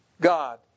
God